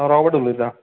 Robert उलयता